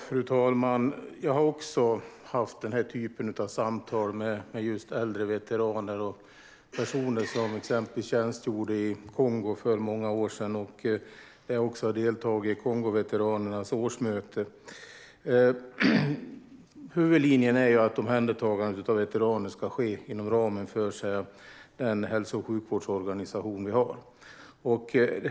Fru talman! Jag har också haft den här typen av samtal med just äldre veteraner och personer som exempelvis tjänstgjorde i Kongo för många år sedan. Jag har även deltagit vid Kongoveteranernas årsmöte. Huvudlinjen är att omhändertagandet av veteraner ska ske inom ramen för den hälso och sjukvårdsorganisation vi har.